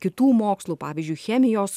kitų mokslų pavyzdžiui chemijos